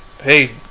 Hey